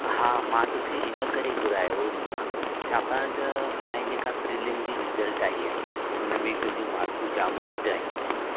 हा मां तोखे इनकरे घुरायो हुओ रीमा छाकाणि त हाणे जेका प्रीलिम जी रिज़ल्ट आईं आहे हुन में तुहिंजियूं मार्कियूं जाम घटि आयूं आहिनि